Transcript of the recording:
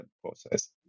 process